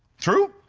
true?